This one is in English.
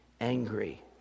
angry